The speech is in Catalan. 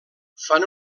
fan